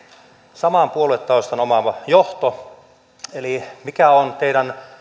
saman puoluetaustan omaava johto mikä on teidän